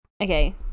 okay